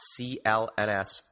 CLNS